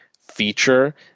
feature